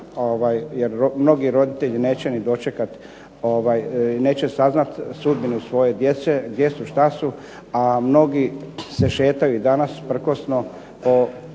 jer mnogi roditelji neće dočekati, neće saznati sudbinu svoje djece, ne znaju gdje su šta su, a mnogi se šetaju danas prkosno u